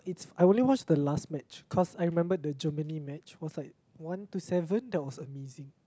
I only watched the last match cause I remembered the Germany match was like one to seven that was amazing